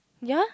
ya